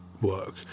work